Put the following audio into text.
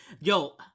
Yo